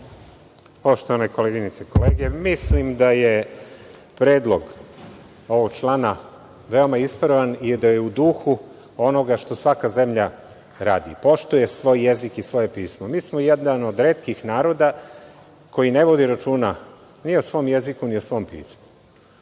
Poštovane koleginice i kolege, mislim da je predlog ovog člana veoma ispravan i da je u duhu onoga što svaka zemlja radi - poštuje svoj jezik i svoje pismo. Mi smo jedan od retkih naroda koji ne vodi računa ni o svom jeziku ni o svom